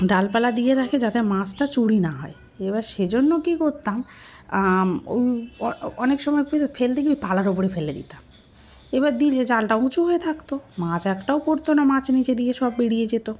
ডালপালা দিয়ে রাখে যাতে মাছটা চুরি না হয় এবার সেজন্য কী করতাম ওই অনেক সময় পে ফেলতেয়ে ওই পালার উপরে ফেলে দিতাম এবার দিলে জালটা উঁচু হয়ে থাকতো মাছ একটাও পড়তো না মাছ নিচে দিয়ে সব বেরিয়ে যেত